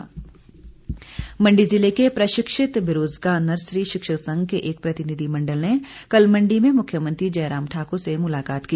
भेंट मंडी जिले के प्रशिक्षित बेरोजगार नर्सरी शिक्षक संघ के एक प्रतिनिधिमंडल ने कल मंडी में मुख्यमंत्री जयराम ठाक्र से मुलाकात की